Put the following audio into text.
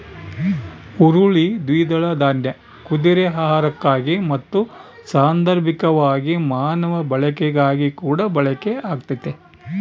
ಹುರುಳಿ ದ್ವಿದಳ ದಾನ್ಯ ಕುದುರೆ ಆಹಾರಕ್ಕಾಗಿ ಮತ್ತು ಸಾಂದರ್ಭಿಕವಾಗಿ ಮಾನವ ಬಳಕೆಗಾಗಿಕೂಡ ಬಳಕೆ ಆಗ್ತತೆ